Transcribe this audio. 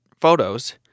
photos